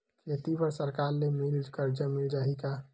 खेती बर सरकार ले मिल कर्जा मिल जाहि का?